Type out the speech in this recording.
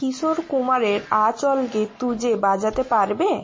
কিশোর কুমারের আ চলকে তুজে বাজাতে পারবে